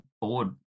bored